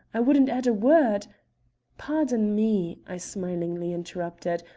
i wouldn't add a word pardon me! i smilingly interrupted,